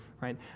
right